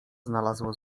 znalazła